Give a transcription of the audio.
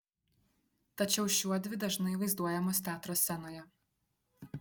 tačiau šiuodvi dažnai vaizduojamos teatro scenoje